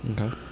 Okay